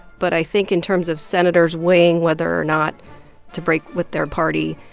but i think in terms of senators weighing whether or not to break with their party,